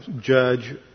judge